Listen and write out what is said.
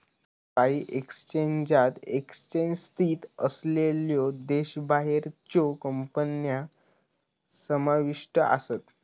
काही एक्सचेंजात एक्सचेंज स्थित असलेल्यो देशाबाहेरच्यो कंपन्या समाविष्ट आसत